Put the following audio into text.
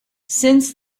since